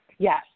Yes